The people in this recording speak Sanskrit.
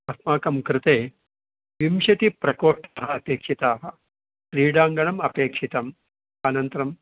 अस्माकं कृते विंशतिप्रकोष्ठाः अपेक्षिताः क्रीडाङ्गणम् अपेक्षितम् अनन्तरम्